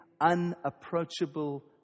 unapproachable